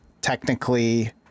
technically